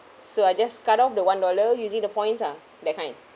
so I just cut off the one dollar using the points ah that kind